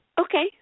Okay